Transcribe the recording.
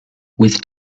with